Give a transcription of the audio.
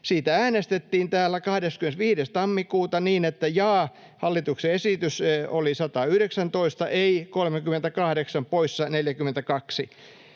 Siitä äänestettiin täällä 25. tammikuuta niin, että ”jaa” — hallituksen esitys — oli 119, ”ei” 38, ”poissa” 42.